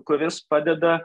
kuris padeda